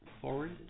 forward